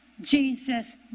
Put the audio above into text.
Jesus